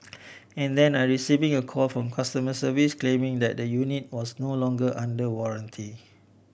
and then I receiving a call from customer service claiming that the unit was no longer under warranty